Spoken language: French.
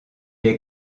est